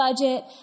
budget